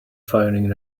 firing